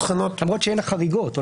למרות שהולנד וקנדה, הן החריגות.